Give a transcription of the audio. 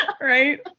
right